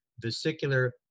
vesicular